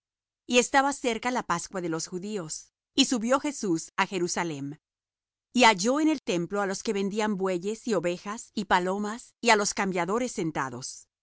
y estaba cerca la pascua de los judíos y subió jesús á jerusalem y halló en el templo á los que vendían bueyes y ovejas y palomas y á los cambiadores sentados